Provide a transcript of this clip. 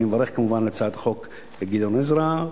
אני מברך, כמובן, על הצעת החוק של גדעון עזרא.